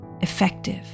Effective